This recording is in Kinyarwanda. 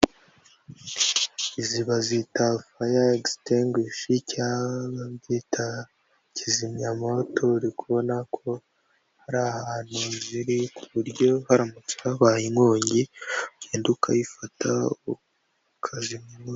Izi bazita faya ekisitengwishi cyangwa babyita kizimyamoto uri kubona ko hari ahantu ziri ku buryo haramutse habaye inkongi ugenda ukayifata ukazimya umu....